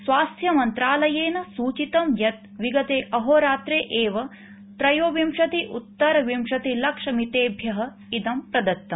स्वास्थ्यमंत्रालयेन सूचितं यत् विगते अहोरात्रे एव त्रयोविंशति उत्तर विंशतिलक्षमितेभ्यः इदं प्रदत्तम्